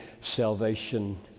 salvation